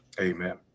amen